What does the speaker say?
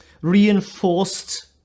reinforced